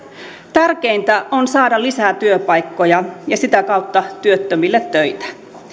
tärkeintä on saada lisää työpaikkoja ja sitä kautta työttömille töitä